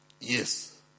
Yes